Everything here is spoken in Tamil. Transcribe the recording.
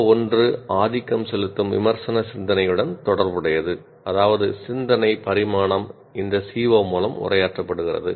PO1 ஆதிக்கம் செலுத்தும் விமர்சன சிந்தனையுடன் தொடர்புடையது அதாவது சிந்தனை பரிமாணம் இந்த CO மூலம் உரையாற்றப்படுகிறது